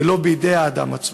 ולא של האדם עצמו.